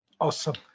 Awesome